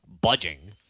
budging